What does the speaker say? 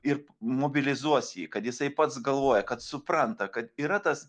ir mobilizuos jį kad jisai pats galvoja kad supranta kad yra tas